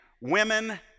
women